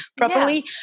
properly